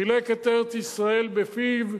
חילק את ארץ-ישראל בפיו,